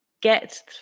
get